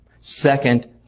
Second